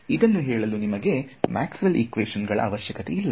ಇದನ್ನು ಹೇಳಲು ನಿಮಗೆ ಮ್ಯಾಕ್ಸ್ವೆಲ್ ಇಕ್ವೇಶನ್ ಗಳ ಅವಶ್ಯಕತೆ ಇಲ್ಲ